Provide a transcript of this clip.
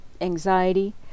anxiety